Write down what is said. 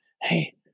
hey